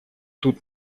тут